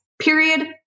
period